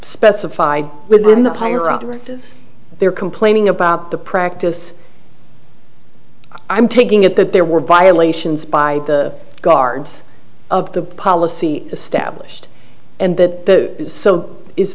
specified within the higher interest they are complaining about the practice i'm taking it that there were violations by the guards of the policy established and that is so is